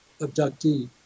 abductee